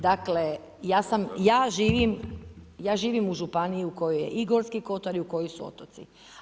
Dakle ja živim u županiji u kojoj je i gorski kotar i u kojoj su otoci.